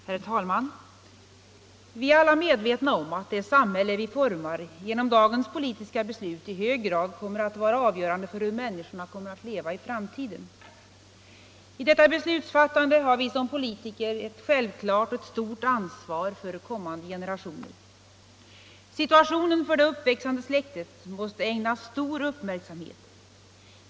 Herr talman! Vi är alla medvetna om att det samhälle vi formar genom dagens politiska beslut i hög grad blir avgörande för hur människorna kommer att leva i framtiden. I detta beslutsfattande har vi som politiker ett självklart och stort ansvar för kommande generationer. Situationen för det uppväxande släktet måste ägnas stor uppmärksamhet.